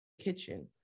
kitchen